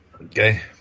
Okay